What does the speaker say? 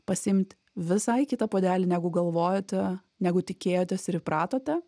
pasiimt visai kitą puodelį negu galvojote negu tikėjotės ir įpratote